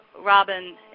Robin